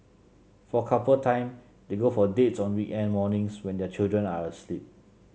for couple time they go for dates on weekend mornings when their children are asleep